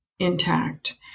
intact